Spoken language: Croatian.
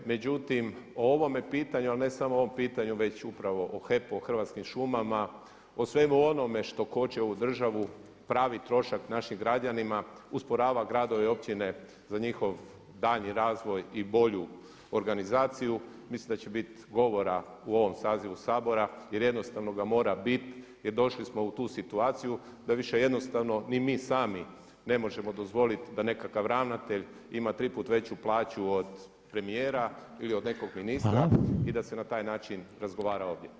Međutim o ovome pitanju, a ne samo o ovom pitanju već upravo o HEP-u i Hrvatskim šumama, o svemu onome što koči ovu državu pravi trošak našim građanima usporava gradove i općine za njihov daljnji razvoj i bolju organizaciju mislim da će biti govora u ovom sazivu Sabora jer jednostavno ga mora biti jer došli smo u tu situaciju da više jednostavno ni mi sami ne možemo dozvoliti da nekakav ravnatelj ima tri puta veću plaću od premijera ili od nekog ministra i da se na taj način razgovara ovdje.